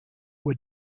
were